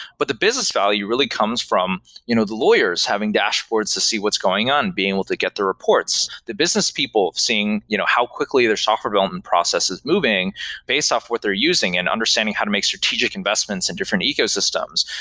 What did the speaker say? but the business value really comes from you know the lawyers having dashboards to see what's going on and being able to get their reports. the business people seeing you know how quickly their software development and process is moving based off what they're using and understanding how to make strategic investments in different ecosystems.